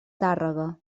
tàrrega